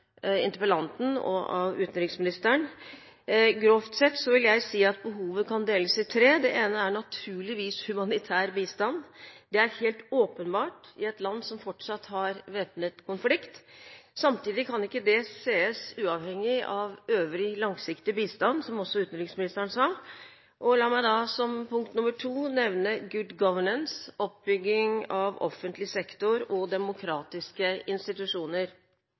interpellanten og av utenriksministeren. Grovt sett vil jeg si at behovet kan deles i tre. Det ene er naturligvis behovet for humanitær bistand, det er helt åpenbart i et land som fortsatt har væpnet konflikt. Samtidig kan ikke dette ses på uavhengig av øvrig langsiktig bistand, som også utenriksministeren sa. La meg da, som punkt nr. 2, nevne «Good Governance», oppbygging av offentlig sektor og demokratiske institusjoner.